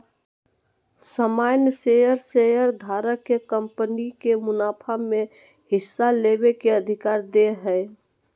सामान्य शेयर शेयरधारक के कंपनी के मुनाफा में हिस्सा लेबे के अधिकार दे हय